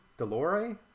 Delore